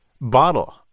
bottle